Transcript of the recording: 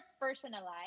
personalized